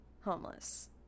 homeless